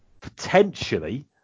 potentially